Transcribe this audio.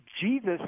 Jesus